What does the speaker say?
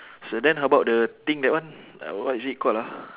so then how about the thing that one uh what is it call ah